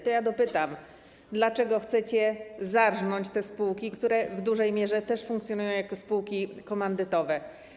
To ja dopytam: Dlaczego chcecie zarżnąć te spółki, które w dużej mierze też funkcjonują jako spółki komandytowe?